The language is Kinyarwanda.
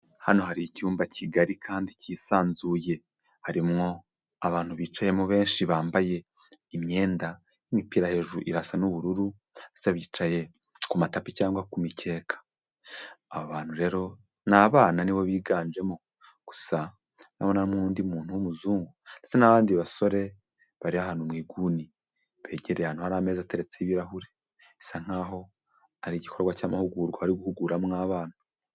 Hano hari icyumba kigari kandi cyisanzuye harimwo abantu bicayemo benshi bambaye imyenda; imipira yo hejuru irasa n'ubururu ndetse bicaye ku matapi cyangwa ku mikeka, aba bantu rero ni abana nibo biganjemo gusa ndabonamo undi muntu w'umuzungu ndetse n'abandi basore bari ahantu mu iguni begereye ahantu hari ameza ateretseho ibirahure bisa nk'aho ari igikorwa cyamahugurwa bari guhuguramo abana.